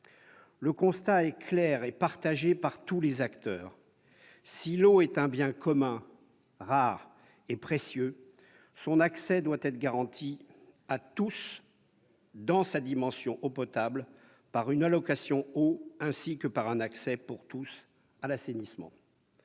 Le constat est clair et partagé par tous les acteurs : si l'eau est un bien commun, rare et précieux, son accès doit être garanti à tous dans sa dimension eau potable, par une « allocation eau », ainsi que par un accès à l'assainissement.